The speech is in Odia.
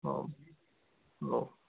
ହଉ ହଉ